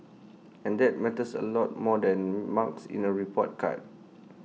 and that matters A lot more than marks in A report card